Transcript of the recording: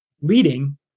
leading